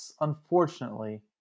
unfortunately